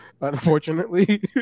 unfortunately